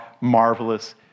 marvelous